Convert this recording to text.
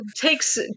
takes